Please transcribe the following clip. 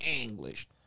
English